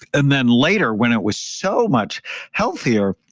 and then later, when it was so much healthier,